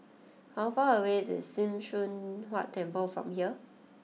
how far away is Sim Choon Huat Temple from here